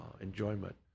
enjoyment